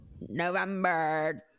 November